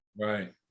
Right